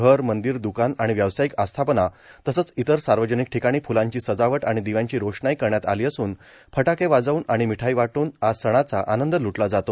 घर मंदीर द्रकान आणि व्यावसायिक आस्थापना तसच इतर सार्वजनिक ठीकाणी फ्लाची सजावट आणि दिव्याची रोषणाई करण्यात आली असुन फटाके वाजवन आणि मिठाई वाटून आज सणाचा आनद लुटला जातो